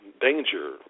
danger